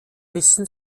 müssen